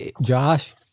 Josh